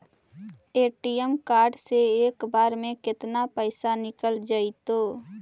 ATM card से एक बार में केतना पैसा निकल जइतै?